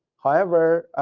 however,